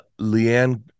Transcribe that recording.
leanne